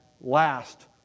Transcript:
last